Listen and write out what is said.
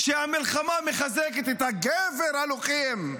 המלחמה מחזקת את הגבר הלוחם.